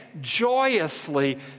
joyously